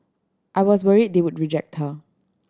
I was worried they would reject her